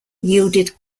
yielded